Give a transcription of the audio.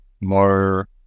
more